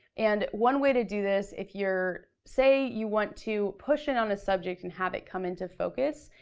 and one way to do this, if you're, say you want to push in on a subject and have it come into focus,